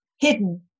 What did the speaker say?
hidden